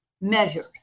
measures